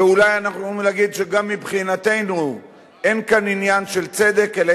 ואולי אנחנו יכולים לומר שגם מבחינתנו אין כאן עניין של צדק אלא